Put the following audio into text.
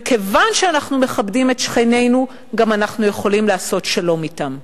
וכיוון שאנחנו מכבדים את שכנינו אנחנו גם יכולים לעשות שלום אתם.